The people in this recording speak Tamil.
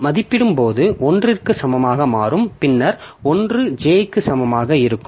மதிப்பிடும்போது 1 க்கு சமமாக மாறும் பின்னர் 1 j க்கு சமமாக இருக்கும்